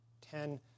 ten